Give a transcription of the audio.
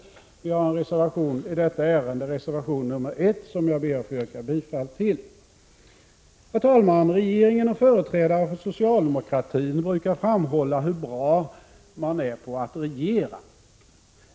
Vi har alltså avgivit en reservation i detta ärende, reservation nr 1, som jag ber att få yrka bifall till. Herr talman! Regeringen och företrädare för socialdemokratin brukar framhålla hur bra de är på att regera.